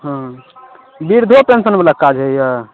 हँ बृद्धो पेंशन बला काज होइए